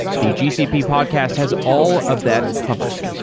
the gcp podcast has all of that covered.